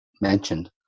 mentioned